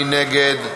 מי נגד?